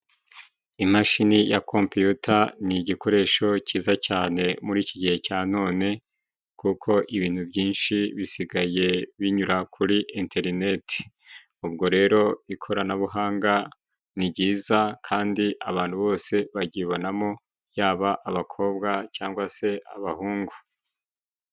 Imashini ya compiyuta ni igikoresho cyiza cyane muri iki gihe cya none, kuko ibintu byinshi bisigaye binyura kuri interineti. Ubwo rero ikoranabuhanga ni jyiza kandi abantu bose bajyibonamo yaba abakobwa cyangwa se abahungu.